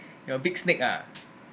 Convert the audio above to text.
you're big snake ah